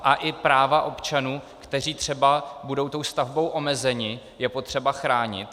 A i práva občanů, kteří třeba budou tou stavbou omezeni, je potřeba chránit.